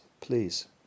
please